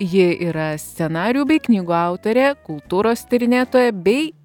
ji yra scenarijų bei knygų autorė kultūros tyrinėtoja bei